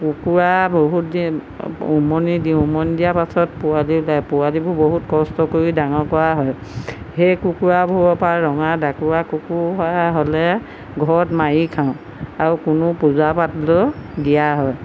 কুকুৰা বহুত দিন উমনি দিওঁ উমনি দিয়াৰ পাছত পোৱালি ওলাই পোৱালিবোৰ বহুত কষ্ট কৰি ডাঙৰ কৰা হয় সেই কুকুৰাবোৰৰপৰা ৰঙা ডাকুৰা কুকুৰা হোৱা হ'লে ঘৰত মাৰি খাওঁ আৰু কোনো পূজা পাতলো দিয়া হয়